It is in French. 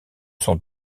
son